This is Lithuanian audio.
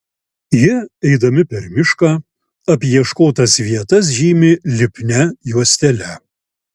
jie eidami per mišką apieškotas vietas žymi lipnia juostele